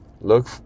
look